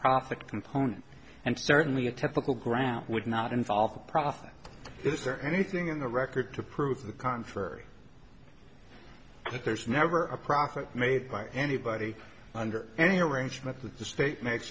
profit component and certainly a typical ground would not involve a profit is there anything in the record to prove the contrary that there's never a profit made by anybody under any arrangement with the state makes